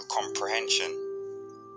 comprehension